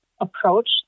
approach